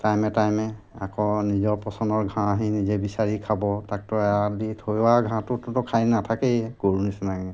টাইমে টাইমে আকৌ নিজৰ পচন্দৰ ঘাঁহ সি নিজে বিচাৰি খাব তাকতো এৰাল দি থৈ অহা ঘাঁহতো খাই নাথাকেই গৰু নিচিনাকৈ